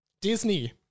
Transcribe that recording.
Disney